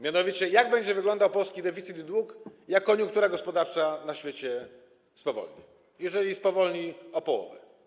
Mianowicie jak będzie wyglądał polski deficyt i dług, jak koniunktura gospodarcza na świecie spowolni, jeżeli spowolni o połowę?